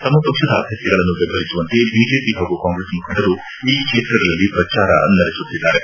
ತಮ್ನ ಪಕ್ಷದ ಅಭ್ವರ್ಥಿಗಳನ್ನು ಬೆಂಬಲಿಸುವಂತೆ ಬಿಜೆಪಿ ಹಾಗೂ ಕಾಂಗ್ರೆಸ್ ಮುಖಂಡರು ಈ ಕ್ಷೇತ್ರಗಳಲ್ಲಿ ಪ್ರಚಾರ ನಡೆಸುತ್ತಿದ್ದಾರೆ